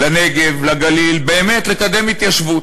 לנגב, לגליל, באמת לקדם התיישבות.